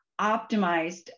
optimized